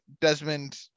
Desmond